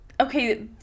okay